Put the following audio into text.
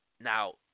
Now